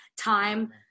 time